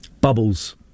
Bubbles